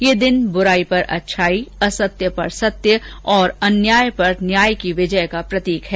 यह दिन बुराई पर अच्छाई असत्य पर सत्य और अन्याय पर न्याय की विजय का प्रतीक है